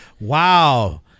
Wow